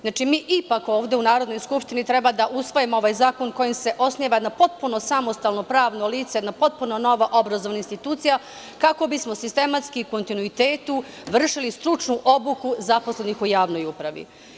Znači, mi ipak ovde u Narodnoj skupštini treba da usvojimo ovaj zakon kojim se osniva jedno potpuno samostalno pravno lice, jedna potpuno nova obrazovna institucija, kako bismo sistematski i u kontinuitetu vršili stručnu obuku zaposlenih u javnoj upravi.